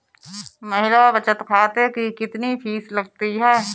महिला बचत खाते की कितनी फीस लगती है?